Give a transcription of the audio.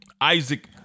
Isaac